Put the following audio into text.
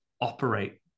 operate